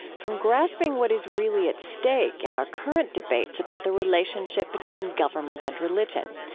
from grasping what is really at stake in our current debates about the relationship between government and religion.